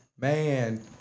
Man